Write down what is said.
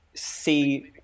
see